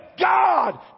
God